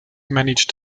managed